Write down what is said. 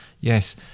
Yes